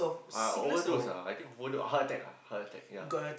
uh overdose ah I think overdose heart attack heart attack yea